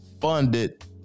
funded